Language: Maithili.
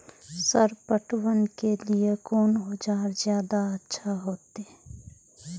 सर पटवन के लीऐ कोन औजार ज्यादा अच्छा होते?